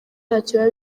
ntacyo